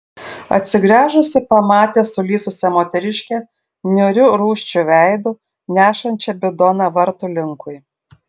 atsigręžusi pamatė sulysusią moteriškę niūriu rūsčiu veidu nešančią bidoną vartų linkui